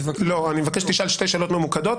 אני מבקש שתשאל את אסי שתי שאלות ממוקדות.